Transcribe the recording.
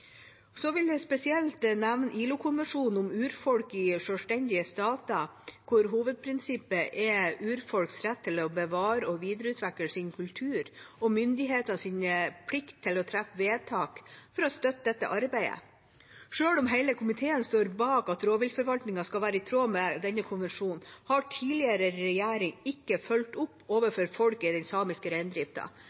Jeg vil spesielt nevne ILO-konvensjonen om urfolk i selvstendige stater, hvor hovedprinsippet er urfolks rett til å bevare og videreutvikle sin kultur og myndighetenes plikt til å treffe vedtak for å støtte dette arbeidet. Selv om hele komiteen står bak at rovviltforvaltningen skal være i tråd med denne konvensjonen, har tidligere regjering ikke fulgt opp overfor folk i den samiske reindrifta.